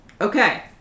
Okay